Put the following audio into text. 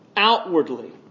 Outwardly